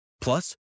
Plus